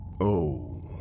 Oh